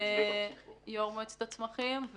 מנכ"ל מועצת הצמחים,